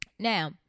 Now